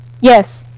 Yes